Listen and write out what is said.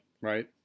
Right